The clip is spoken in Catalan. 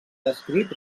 descrit